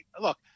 look